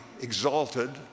exalted